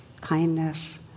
kindness